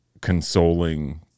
Consoling